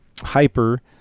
hyper